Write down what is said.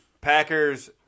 Packers